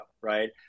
right